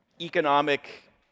economic